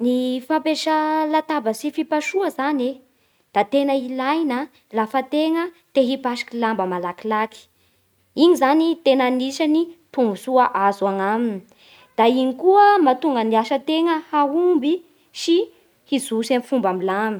Ny fampesa latabatsy fipasoa zany e, da tena ilaina lafa tegna te hipasoky lamba malakilaky, iny zany tena anisany tombotsoa azo anaminy da iny koa mahatonga gny asategna hahomby sy hizotsy amy fomba milaminy